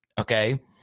okay